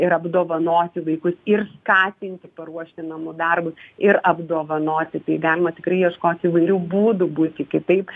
ir apdovanoti vaikus ir skatinti paruošti namų darbus ir apdovanoti tai galima tikrai ieškoti įvairių būdų būti kitaip